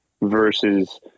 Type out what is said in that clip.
versus